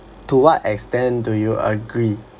to what extent do you agree